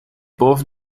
both